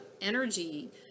energy